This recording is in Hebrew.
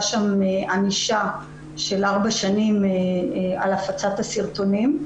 שם ענישה של 4 שנים על הפצת הסרטונים.